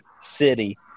city